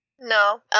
No